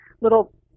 little